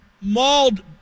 mauled